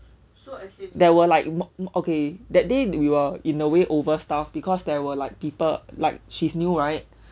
there were like mo~ mo~ okay that day we were in a way overstaffed because there were like people like she's new right